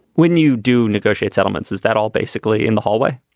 when you do negotiate settlements is that all basically in the hallway.